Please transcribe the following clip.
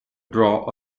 draw